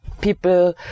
people